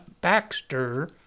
Baxter